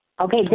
Okay